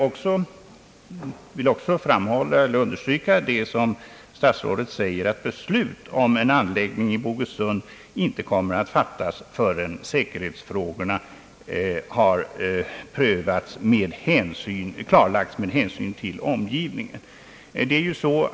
| Jag vill också understryka det som statsrådet säger i svaret, nämligen att »beslut om en anläggning i Bogesund kommer emellertid inte att fattas förrän: bl.a. säkerhetsfrågorna med hänsyn till omgivningen klarlagts».